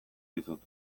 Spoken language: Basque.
dizut